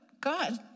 God